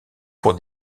pour